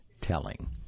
telling